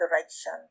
direction